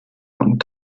und